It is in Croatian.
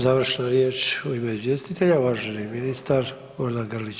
Završna riječ u ime izvjestitelja uvaženi ministar Gordan Grlić